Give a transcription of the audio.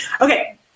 okay